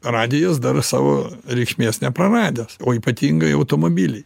radijas dar savo reikšmės nepraradęs o ypatingai automobily